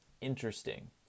interesting